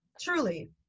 truly